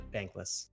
Bankless